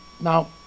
Now